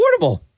Affordable